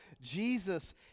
Jesus